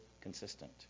consistent